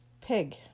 Pig